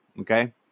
okay